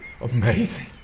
Amazing